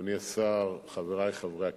אדוני השר, חברי חברי הכנסת,